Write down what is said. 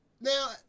now